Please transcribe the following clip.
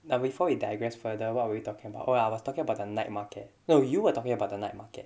but before we digress further what are we talking about oh ya I was talking about the night market no you were talking about the night market